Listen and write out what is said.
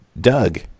Doug